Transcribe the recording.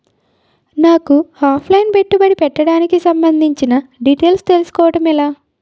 నాకు offline పెట్టుబడి పెట్టడానికి సంబందించిన డీటైల్స్ తెలుసుకోవడం ఎలా?